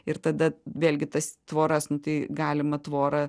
ir tada vėlgi tas tvoras nu tai galima tvorą